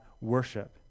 worship